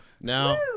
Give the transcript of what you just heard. Now